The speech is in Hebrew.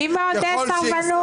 מי מעודד סרבנות?